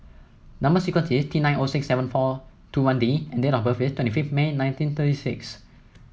number sequence is T nine O six seven four two one D and date of birth is twenty fifth May nineteen thirty six